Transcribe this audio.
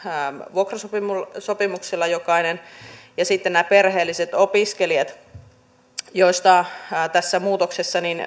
vuokrasopimuksella jokainen sitten on nämä perheelliset opiskelijat joilla tässä muutoksessa